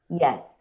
Yes